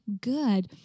good